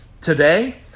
Today